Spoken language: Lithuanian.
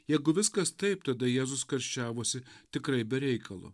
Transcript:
jeigu viskas taip tada jėzus karščiavosi tikrai be reikalo